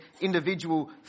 individual